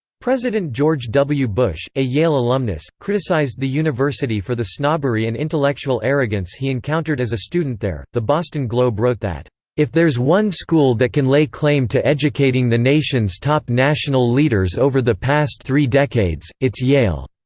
president george w. bush, a yale alumnus, criticized the university for the snobbery and intellectual arrogance he encountered as a student there the boston globe wrote that if there's one school that can lay claim to educating the nation's top national leaders over the past three decades, it's yale.